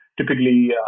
typically